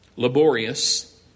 laborious